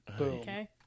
Okay